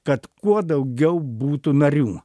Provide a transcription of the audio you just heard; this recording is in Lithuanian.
kad kuo daugiau būtų narių